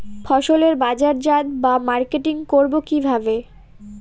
ফসলের বাজারজাত বা মার্কেটিং করব কিভাবে?